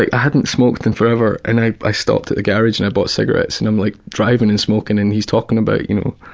i hadn't smoked forever, and i i stopped at the garage, and i bought cigarettes, and i'm like driving and smoking, and he's talking about, you know.